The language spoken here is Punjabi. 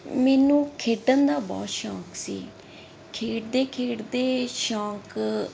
ਮੈਨੂੰ ਖੇਡਣ ਦਾ ਬਹੁਤ ਸ਼ੌਂਕ ਸੀ ਖੇਡਦੇ ਖੇਡਦੇ ਸ਼ੌਂਕ